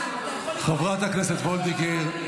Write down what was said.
------ חברת הכנסת וולדיגר,